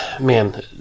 Man